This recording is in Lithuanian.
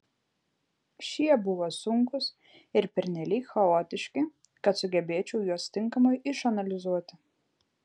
šie buvo sunkūs ir pernelyg chaotiški kad sugebėčiau juos tinkamai išanalizuoti